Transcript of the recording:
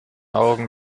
augen